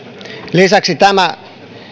lisäksi tämä